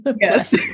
Yes